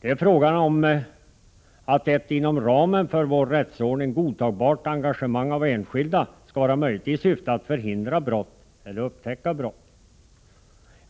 Det är fråga om att ett inom ramen för vår rättsordning godtagbart engagemang av enskilda skall vara möjligt i syfte att förhindra brott eller upptäcka brott.